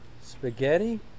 Spaghetti